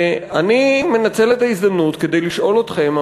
ואני מנצל את ההזדמנות כדי לשאול אתכם,